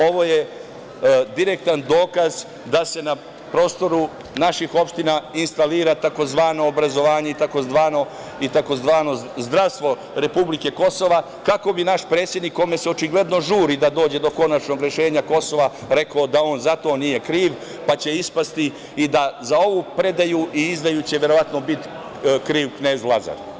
Ovo je direktan dokaz da se na prostoru naših opština instalira tzv. obrazovanje i tzv. zdravstvo republike Kosova kako bi naš predsednik, kome se očigledno žuri da dođe do konačnog rešenja Kosova, rekao da on za to nije kriv, pa će ispasti i da za ovu predaju i izdaju će verovatno biti kriv knez Lazar.